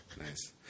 nice